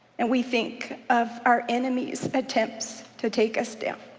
and we think of our enemy's attempts to take us down,